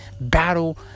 battle